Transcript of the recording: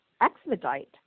expedite